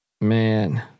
Man